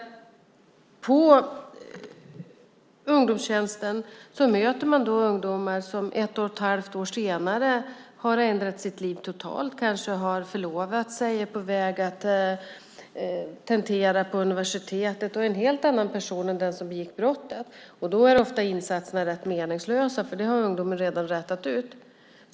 Inom ungdomstjänsten möter man ungdomar som ett och ett halvt år senare har ändrat sitt liv totalt. De kanske har förlovat sig, är på väg att tentera på universitetet och är helt andra personer än de som begick brottet. Då är oftast insatserna rätt meningslösa, för ungdomarna har redan rätat ut problemen.